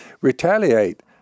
retaliate